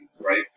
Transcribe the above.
right